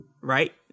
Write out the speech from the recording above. right